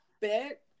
bit